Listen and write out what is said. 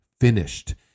finished